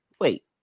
wait